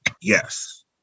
Yes